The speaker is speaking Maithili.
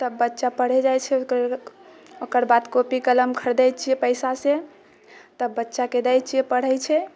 तब बच्चा पढ़ै जाइ छै ओइ ओकर बाद कॉपी कलम खरीदै छियै पैसासँ तब बच्चाकेँ दै छियै पढ़ै छै